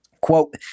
Quote